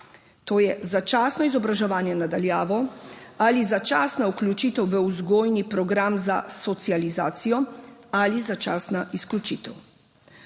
To so začasno izobraževanje na daljavo ali začasna vključitev v vzgojni program za socializacijo ali začasna izključitev.